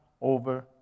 Over